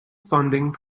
funding